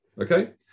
okay